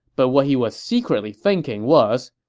but what he was secretly thinking was,